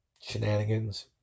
shenanigans